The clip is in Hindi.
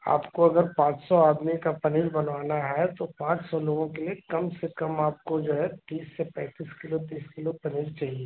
आपको अगर पाँच सौ आदमी का पनीर बनवाना है तो पाँच सौ लोगों के लिए कम से कम आपको जो है तीस से पैंतीस किलो तीस किलो पनीर चाहिए